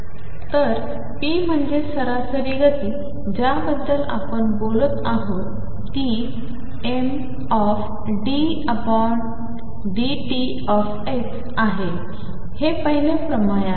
तर ⟨p⟩ म्हणजे सरासरी गती ज्याबद्दल आपण बोलत आहोत ती mddt⟨x⟩ आहे हे पहिले प्रमेय आहे